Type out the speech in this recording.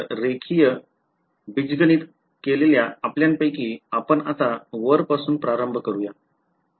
तर रेखीत बीजगणित केलेल्या आपल्यापैकी आपण आता वरपासून प्रारंभ करूया